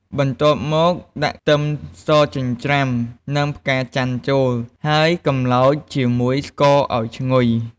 បន្ទាប់មក ដាក់ ខ្ទឹមសចិញ្ច្រាំ និង ផ្កាចន្ទន៍ចូល ហើយកម្លោចជាមួយស្ករឱ្យឈ្ងុយ។